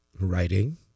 writing